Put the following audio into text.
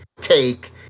take